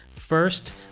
First